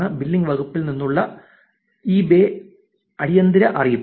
billing വകുപ്പിൽ നിന്നുള്ള subject eBay അടിയന്തര അറിയിപ്പ്